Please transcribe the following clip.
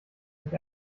sich